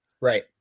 Right